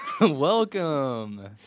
welcome